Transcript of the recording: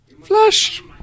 Flush